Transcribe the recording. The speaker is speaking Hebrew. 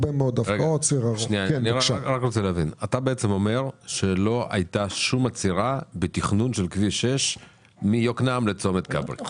אתה אומר שלא היתה שום עצירה בתכנון של כביש 6 מיוקנעם לצומת כברי.